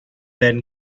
then